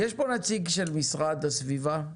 יש פה נציג של המשרד להגנת הסביבה,